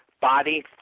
body